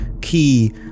key